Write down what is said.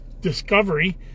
discovery